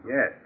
Yes